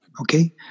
okay